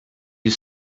you